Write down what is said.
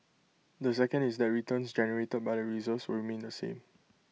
the second is that returns generated by the reserves will remain the same